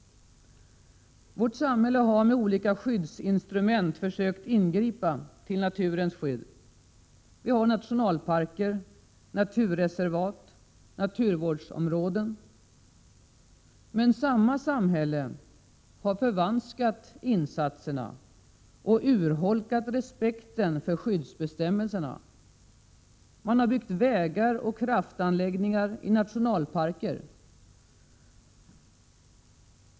Vårt samhälle har med olika skyddsinstrument försökt ingripa till naturens skydd. Vi har nationalparker, naturreservat, naturvårdsområden. Men samma samhälle har förvanskat insatserna och urholkat respekten för skyddsbestämmelserna. Man har byggt vägar och kraftanläggningar i nationalparker.